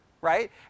right